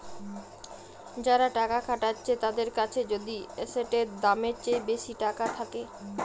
যারা টাকা খাটাচ্ছে তাদের কাছে যদি এসেটের দামের চেয়ে বেশি টাকা থাকে